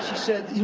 said,